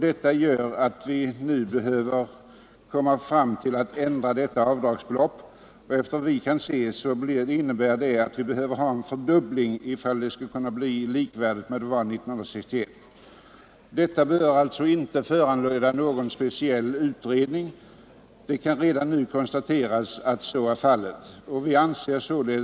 Detta gör att vi nu behöver ändra de här avdragsbeloppen, och efter vad vi kan se behövs en fördubbling om beloppen skall bli likvärdiga med de värden som gällde 1961. De spörsmålen behöver inte föranleda någon speciell utredning eftersom det redan nu kan konstateras att penningvärdet försämrats sedan 1961.